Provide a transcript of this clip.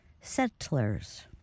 settlers